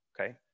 okay